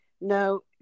No